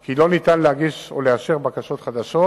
כי לא ניתן להגיש או לאשר בקשות חדשות